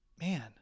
man